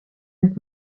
and